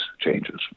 changes